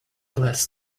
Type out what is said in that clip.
less